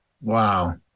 Wow